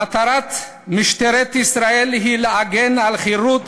מטרת משטרת ישראל היא להגן על החירות